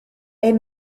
est